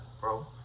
bro